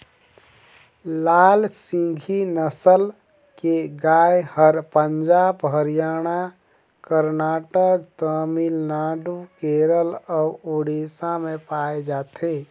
लाल सिंघी नसल के गाय हर पंजाब, हरियाणा, करनाटक, तमिलनाडु, केरल अउ उड़ीसा में पाए जाथे